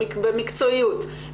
במקצועיות,